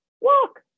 Walk